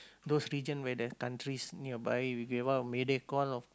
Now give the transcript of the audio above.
those region where there're countries nearby we want mayday call